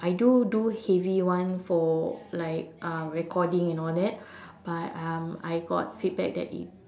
I do do heavy one for like uh recording and all that but um I got feedback that it